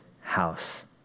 house